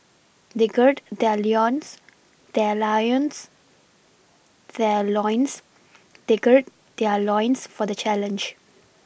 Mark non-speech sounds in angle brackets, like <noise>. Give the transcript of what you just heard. they gird their <unintelligible> their Lions their loins they gird their loins for the challenge